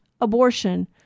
abortion